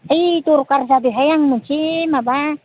ऐ दरकार जादोंंहाय आं मोनसे माबा